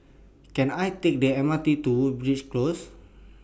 Can I Take The M R T to Woodleigh Close